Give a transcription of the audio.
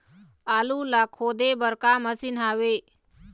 आलू ला खोदे बर का मशीन हावे?